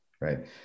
right